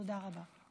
תודה רבה.